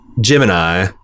Gemini